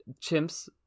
Chimps